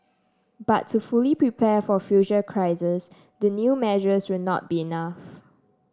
but to fully prepare for future crises the new measures will not be enough